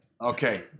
Okay